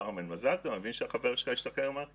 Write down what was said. הדי, חסר לך את יום ראשון.